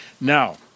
Now